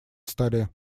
столе